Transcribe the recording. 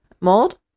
Mold